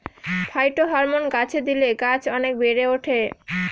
phytohormone গাছে দিলে গাছ অনেক বেড়ে ওঠে